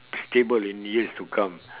stable in years to come